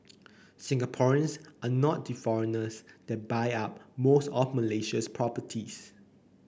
Singaporeans are not the foreigners that buy up most of Malaysia's properties